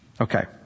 Okay